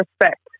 respect